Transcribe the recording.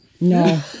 No